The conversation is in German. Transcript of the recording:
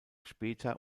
später